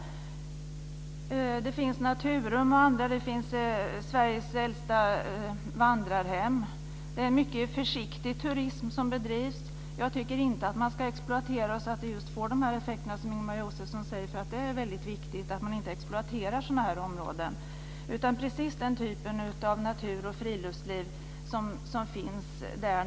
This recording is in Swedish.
Bl.a. finns Naturum och Sveriges äldsta vandrarhem. Det är en mycket försiktig turism som bedrivs. Jag tycker inte att man ska exploatera så att det blir de effekter som Ingemar Josefsson nämnde. Det är alltså viktigt att inte exploatera sådana här områden, utan det ska vara precis den typ av natur och friluftsliv som nu finns där.